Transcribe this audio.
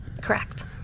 Correct